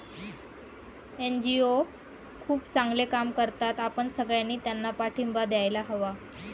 NGO खूप चांगले काम करतात, आपण सगळ्यांनी त्यांना पाठिंबा द्यायला हवा